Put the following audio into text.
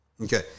Okay